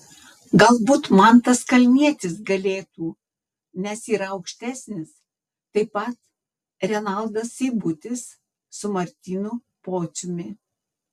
galbūt mantas kalnietis galėtų nes yra aukštesnis taip pat renaldas seibutis su martynu pociumi